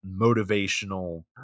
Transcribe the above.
motivational